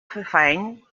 fefaent